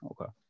Okay